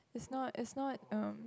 is not is not um